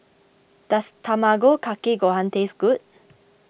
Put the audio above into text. does Tamago Kake Gohan taste good